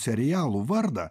serialų vardą